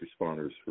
responders